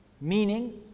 meaning